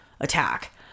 attack